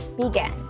begin